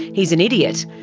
he's an idiot,